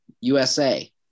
USA